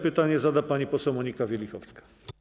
Pytanie zada pani poseł Monika Wielichowska.